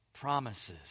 promises